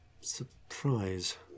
surprise